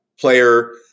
player